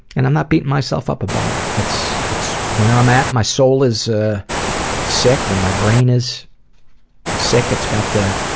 and i'm not beating myself up about. it's it's where i'm at. my soul is ah sick or my brain is sick. it's got the